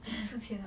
吃钱